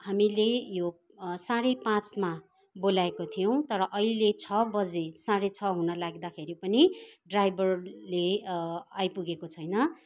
हामीले यो साँढे पाँचमा बोलाएको थियौँ तर अहिले छ बजी साँढे छ हुन लाग्दाखेरि पनि ड्राइबरले आइपुगेको छैन